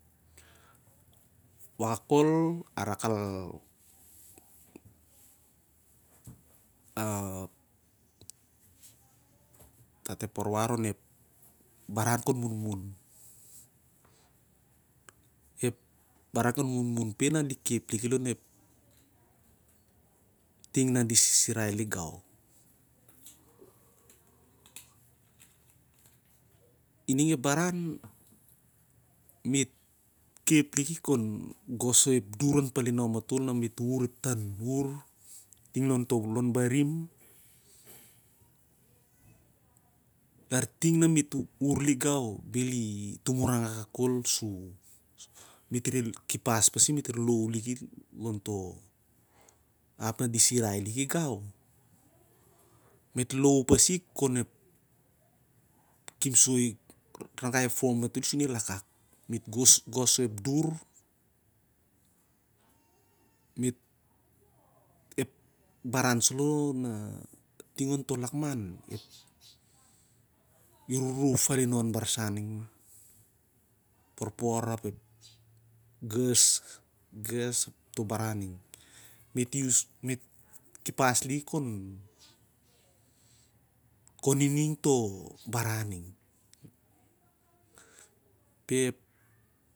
Wakak kol a gat ep waswas onep baran kon munmun peh na di khep liki gau ting na di sisirai lik gau. Ining ep baran me't khip liki khon falinon matol, khon gos soi ep dur ting lon to lon barim, iartim na me't wuvur lik gau bhel i tumarang laulau hol gau. Me't rereh kipar liki ap me't lon liki onep hap na di sirau liki gau khon khip soi- ep dur sur el ragai ep fom matol sur el wakak. Ep baran saloh na ting onto lakman, iru ruh falinon barsan ning, ep porpor ap ep ghe's. Me't kipas liki khon ining foh baran ning.